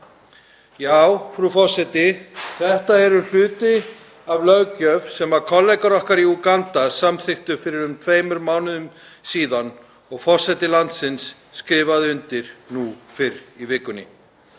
já, frú forseti, þetta er hluti af löggjöf sem kollegar okkar í Úganda samþykktu fyrir um tveimur mánuðum og forseti landsins skrifaði undir fyrr í vikunni.